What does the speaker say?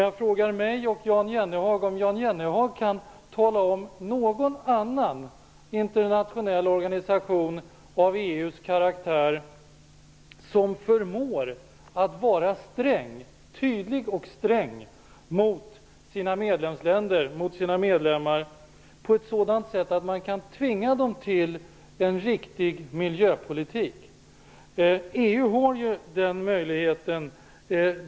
Jag frågar mig och Jan Jennehag om han kan nämna någon annan internationell organisation av EU:s karaktär som förmår vara tydlig och sträng mot sina medlemmar på ett sådant sätt att de kan tvingas att föra en riktig miljöpolitik. EU har den möjligheten.